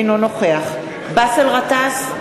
אינו נוכח באסל גטאס,